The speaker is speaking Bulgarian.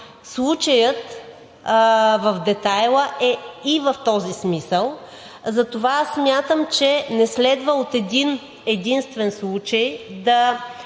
случаят в детайла е и в този смисъл. Затова аз смятам, че не следва от един-единствен случай да